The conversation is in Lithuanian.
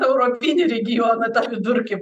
europinį regioną tą vidurkį